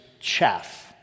chaff